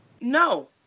No